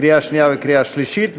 קריאה שנייה וקריאה שלישית,